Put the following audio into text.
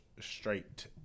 Straight